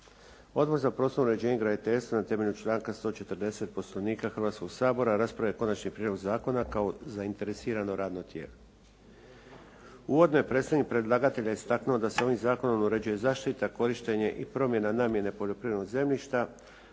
Odbor za prostorno uređenje, graditeljstvo, na temelju članka 140. Poslovnika Hrvatskoga sabora, raspravio je konačni prijedlog zakona kao zainteresirano radno tijelo. Uvodno je predsjednik predlagatelja istaknuo da se ovim zakonom uređuje zaštita, korištenje i promjena namjene poljoprivrednog zemljišta,